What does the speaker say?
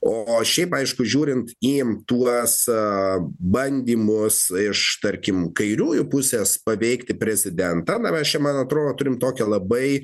o šiaip aišku žiūrint į tuo bandymus iš tarkim kairiųjų pusės paveikti prezidentą na mes čia man atrodo turime tokią labai